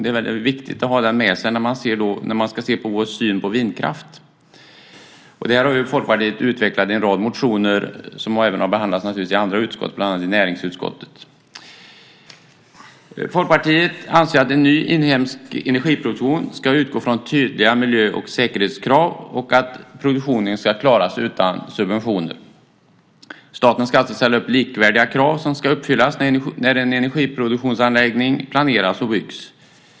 Det är viktigt att ha det med sig när man ser på vår syn på vindkraft. Folkpartiet har utvecklat en rad motioner som även har behandlats i andra utskott, bland annat i näringsutskottet. Folkpartiet anser att en ny inhemsk energiproduktion ska utgå från tydliga miljö och säkerhetskrav och att produktionen ska klaras utan subventioner. Staten ska alltså ställa upp likvärdiga krav som ska uppfyllas när en energiproduktionsanläggning planeras och byggs.